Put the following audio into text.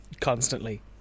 constantly